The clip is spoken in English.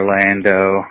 Orlando